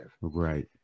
right